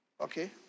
Okay